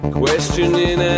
questioning